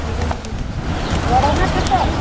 ଦୁଇଟା ନେଇଯିବି ବଡ଼ ନା ଛୋଟ